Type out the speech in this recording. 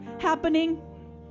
happening